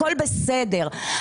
הכול בסדר,